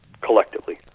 collectively